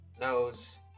knows